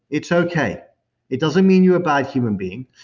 it's okay it doesn't mean you're a bad human being.